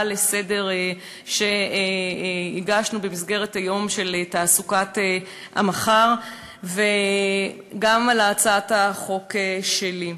לסדר-היום שהגשנו במסגרת היום של תעסוקת המחר וגם על הצעת החוק שלי.